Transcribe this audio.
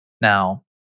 Now